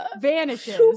vanishes